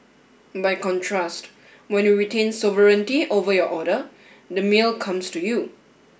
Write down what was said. by contrast when you retain sovereignty over your order the meal comes to you